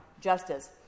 justice